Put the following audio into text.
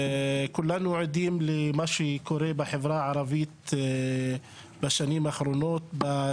כולנו עדים למה שקורה בחברה הערבית בשנים האחרונות בכלל,